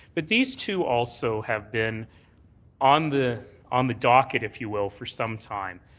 but these two also have been on the on the docket, if you will, for some time.